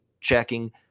checking